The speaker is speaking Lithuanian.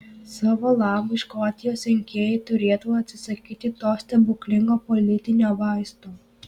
savo labui škotijos rinkėjai turėtų atsisakyti to stebuklingo politinio vaisto